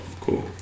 cool